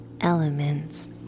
elements